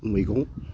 मैगं